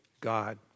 God